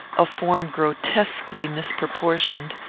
a form grotesquely misproportioned,